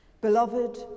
Beloved